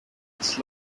its